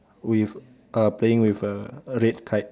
with uh playing with a a red kite